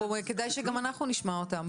כדאי שגם אנחנו נשמע אותם.